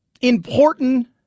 important